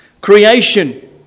Creation